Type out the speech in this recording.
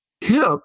hip